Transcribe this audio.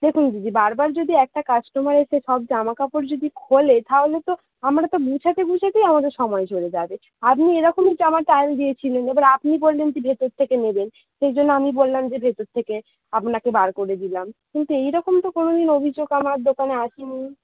দেখুন দিদি বার বার যদি একটা কাস্টমার এসে সব জামাকাপড় যদি খোলে তাহলে তো আমরা তো গোছাতে গোছাতেই আমাদের সময় চলে যাবে আপনি এরকমই জামা ট্রায়াল দিয়েছিলেন এবারে আপনি বললেন যে ভেতর থেকে নেবেন সেই জন্য আমি বললাম যে ভেতর থেকে আপনাকে বার করে দিলাম কিন্তু এই রকম তো কোনো দিন অভিযোগ আমার দোকানে আসে নি